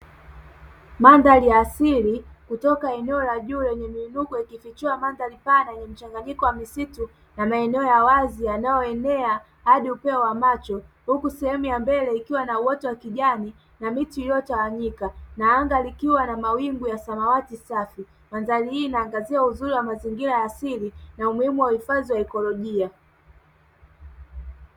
Mandhari ya asili kutoka eneo la juu lenye miinuko ikifuchua mandhari pana yenye mchanganyiko wa misitu na maeneo ya wazi yanayoenea hadi upeo wa macho, huku sehemu ya mbele ikiwa na uoto wa kijani na miti iliyotawanyika na anga likiwa na mawingu ya samawati safi. Madhari hii inaangazia uzuri wa mazira ya asili na umuhimu wa uhifadhi wa ikolojia.